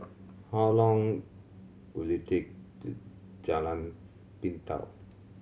how long will it take to Jalan Pintau